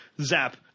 zap